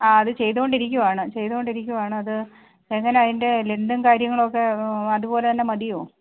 ആ അത് ചെയ്തു കൊണ്ടിരിക്കുകയാണ് ചെയ്തു കൊണ്ടിരിക്കുകയാണത് എങ്ങനെയാണ് അതിൻ്റെ ലെങ്ത്തും കാര്യങ്ങളൊക്കെ അതുപോലെ തന്നെ മതിയോ